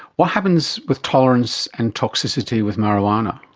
what happens with tolerance and toxicity with marijuana?